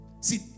See